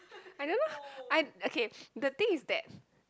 I don't know I okay the thing is that